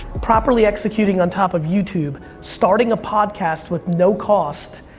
properly executing on top of youtube, starting a podcast with no cost,